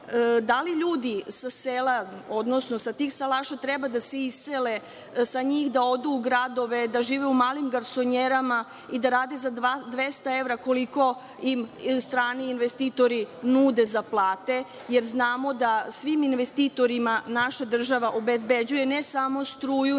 Da li ljudi sa tih salaša treba da se isele, da odu u gradove, da žive u malim garsonjerama i da rade za 200 evra, koliko im strani investitori nude za plate, jer znamo da svim investitorima naša država obezbeđuje ne samo struju